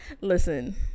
Listen